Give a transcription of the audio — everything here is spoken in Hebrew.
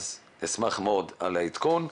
אשמח מאוד על העדכון.